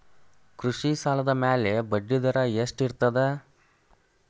ಕೃಷಿ ಸಾಲದ ಮ್ಯಾಲೆ ಬಡ್ಡಿದರಾ ಎಷ್ಟ ಇರ್ತದ?